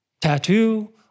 tattoo